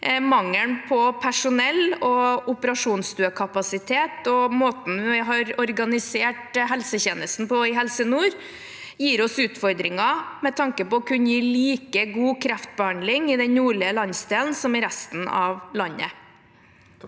Mangelen på personell og operasjonsstuekapasitet og måten vi har organisert helsetjenesten på i Helse Nord, gir oss utfordringer med tanke på å kunne gi like god kreftbehandling i den nordlige landsdelen som i resten av landet.